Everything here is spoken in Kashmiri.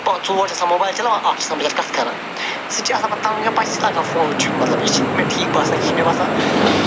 ژور چھِ آسان موبایِل چلاوان اَکھ چھِ آسان بِہِتھ کَتھٕ کران سُہ تہِ چھِ آسان پتہٕ تنٛگ یِوان پتہٕ چھِ سُہ تہِ لاگان فون وٕچھُن مطلب یہِ چھِنہٕ مےٚ ٹھیٖک باسان کیٚنہہ مےٚ باسان